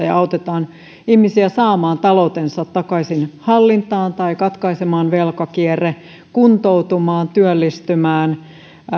ja autetaan ihmisiä saamaan taloutensa takaisin hallintaan tai katkaisemaan velkakierre kuntoutumaan työllistymään